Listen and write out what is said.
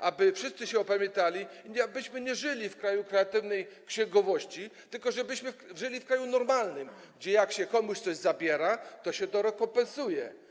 aby wszyscy się opamiętali i abyśmy nie żyli w kraju kreatywnej księgowości, tylko żebyśmy żyli w kraju normalnym, w którym jak się komuś coś zabiera, to się to rekompensuje.